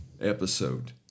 episode